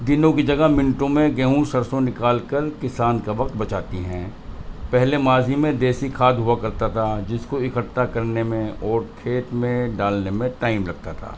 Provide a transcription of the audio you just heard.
دنوں کی جگہ منٹوں میں گیہوں سرسوں نکال کر کسان کا وقت بچاتی ہیں پہلے ماضی میں دیسی کھاد ہوا کرتا تھا جس کو اکٹھا کرنے میں اور کھیت میں ڈالنے میں ٹائم لگتا تھا